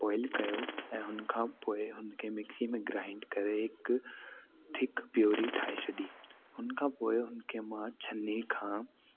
boil कयो ऐं हुन खां पोइ हुनखे मिक्सी में ग्राइंड करे हिक थिक प्योरी ठाहे छॾी हुन खां पोइ हुनखे मां छ्न्नी खां